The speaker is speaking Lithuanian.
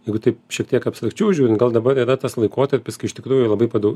jeigu taip šiek tiek abstrakčiau žiūrint gal dabar yra tas laikotarpis kai iš tikrųjų labai padau